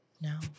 No